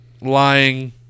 lying